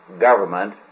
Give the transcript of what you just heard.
government